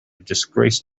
disgrace